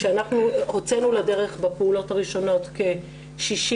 כשאנחנו הוצאנו לדרך בפעולות הראשונות כ-68